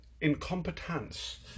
incompetence